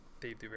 dave